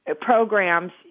programs